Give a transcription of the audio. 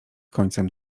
końcem